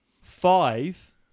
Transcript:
Five